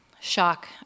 shock